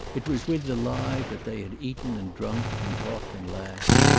it was with the lie that they had eaten and drunk and talked and laughed,